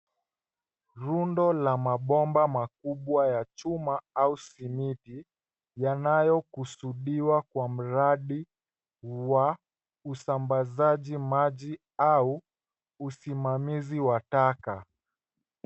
Rundo la mabomba makubwa ya chuma au simiti yanayokusudiwa kwa mradi wa usambazaji maji au usimamizi wa taka.